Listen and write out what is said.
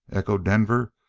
echoed denver.